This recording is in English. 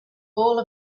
all